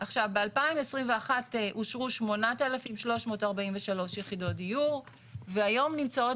ב-2021 אושרו 8,343 יחידות דיור והיום נמצאות